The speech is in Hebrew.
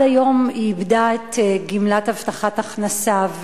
עד היום היא איבדה את גמלת הבטחת ההכנסה,